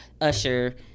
Usher